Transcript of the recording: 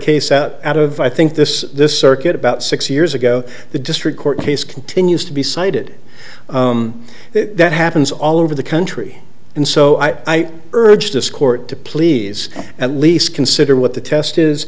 case out of i think this this circuit about six years ago the district court case continues to be cited that happens all over the country and so i urge this court to please at least consider what the test